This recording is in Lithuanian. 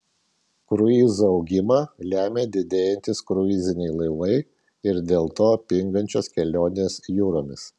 kruizų augimą lemia didėjantys kruiziniai laivai ir dėl to pingančios kelionės jūromis